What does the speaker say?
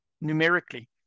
numerically